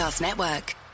network